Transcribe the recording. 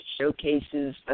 showcases